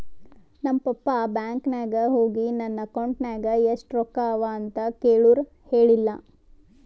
ನಮ್ papa bank ನಾಗ್ ಹೋಗಿ ನನ್ ಅಕೌಂಟ್ ನಾಗ್ ಎಷ್ಟ ರೊಕ್ಕಾ ಅವಾ ಅಂತ್ ಕೇಳುರ್ ಹೇಳಿಲ್ಲ